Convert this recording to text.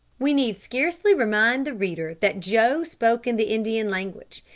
we need scarcely remind the reader that joe spoke in the indian language,